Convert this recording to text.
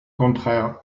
contraire